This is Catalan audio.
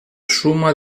suma